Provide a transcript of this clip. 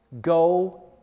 Go